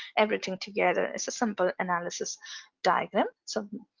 everything together it's a simple analysis diagram so